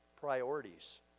priorities